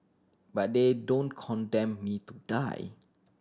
but they don't condemn me to die